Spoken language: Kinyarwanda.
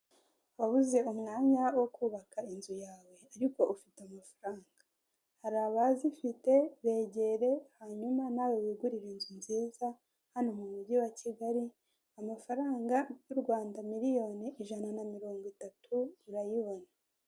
Wabuze umwanya wo kubaka inzu yawe, ariko ufite amafaranga. Hari abazifite, begera, hanyuma nawe wigurire inzu nziza, hano mu mugi wa Kigali, amafaranga y'u Rwanda miliyoni ijana na mirongo itatu, urayibona.